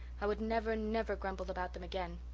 i would never, never grumble about them again.